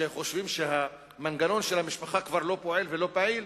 שחושבים שהמנגנון של המשפחה כבר לא פועל ולא פעיל,